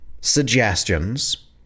suggestions